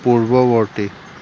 পূৰ্ববৰ্তী